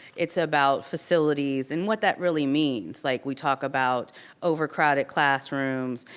it's about facilities. and what that really means, like, we talk about overcrowded classrooms,